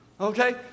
Okay